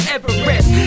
Everest